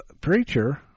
Preacher